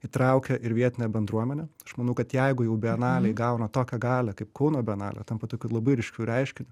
įtraukia ir vietinę bendruomenę aš manau kad jeigu jau bienalė įgauna tokią galią kaip kauno bienalė tampa tokiu labai ryškiu reiškiniu